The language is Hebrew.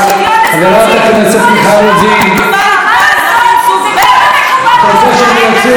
חברת הכנסת מיכל רוזין, את רוצה שאני אוציא אותך?